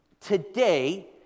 Today